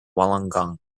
wollongong